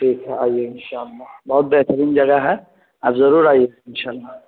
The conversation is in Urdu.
ٹھیک ہے آئیے ان شاء اللہ بہت بہترین جگہ ہے آپ ضرور آئیے ان شاء اللہ